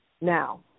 Now